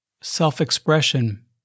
self-expression